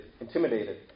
intimidated